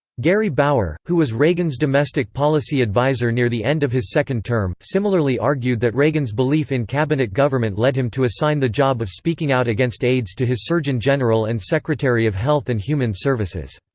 gary bauer, who was reagan's domestic policy adviser near the end of his second term, similarly argued that reagan's belief in cabinet government led him to assign the job of speaking out against aids to his surgeon general and secretary of health and human services.